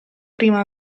prima